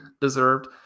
deserved